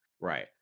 right